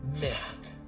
missed